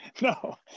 No